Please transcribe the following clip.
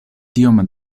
tiom